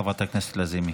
חברת הכנסת לזימי.